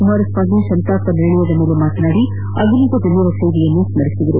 ಕುಮಾರಸ್ವಾಮಿ ಸಂತಾಪ ನಿರ್ಣಯದ ಮೇಲೆ ಮಾತನಾದಿ ಅಗಲಿದ ಗಣ್ಯರ ಸೇವೆಯನ್ನು ಸ್ಮರಿಸಿದರು